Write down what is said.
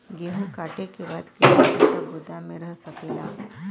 गेहूँ कांटे के बाद कितना दिन तक गोदाम में रह सकेला?